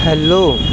hello